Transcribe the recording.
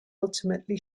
ultimately